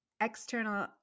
external